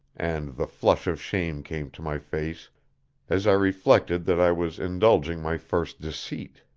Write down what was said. and the flush of shame came to my face as i reflected that i was indulging my first deceit.